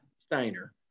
Steiner